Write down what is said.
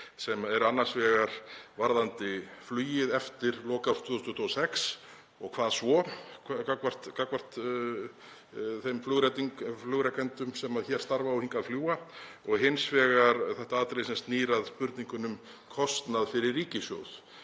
sem eru annars vegar varðandi flugið eftir lok árs 2026 og hvað gerist svo gagnvart þeim flugrekendum sem hér starfa og hingað fljúga og hins vegar þetta atriði sem snýr að spurningunni um kostnað fyrir ríkissjóð.